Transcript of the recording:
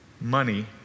money